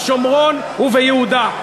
בשומרון וביהודה.